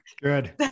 good